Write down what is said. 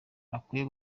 akwiye